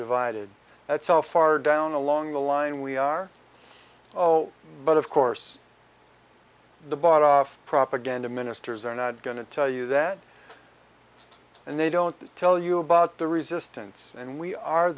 divided that's how far down along the line we are oh but of course the bought off propaganda ministers are not going to tell you that and they don't tell you about the resistance and we are